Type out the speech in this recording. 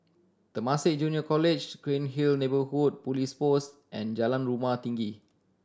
Temasek Junior College Cairnhill Neighbourhood Police Post and Jalan Rumah Tinggi